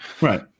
Right